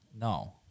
No